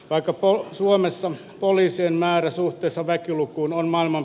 aika on suomessa poliisien määrä suhteessa väkilukuun on maailman